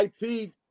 IP